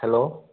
hello